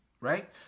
right